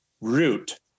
root